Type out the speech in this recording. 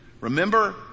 Remember